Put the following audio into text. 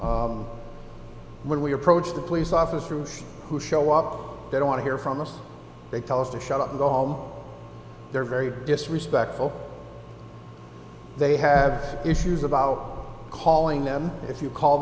force when we approach the police officers who show up they don't want to hear from us they tell us to shut up go home they're very disrespectful they have issues about calling them if you call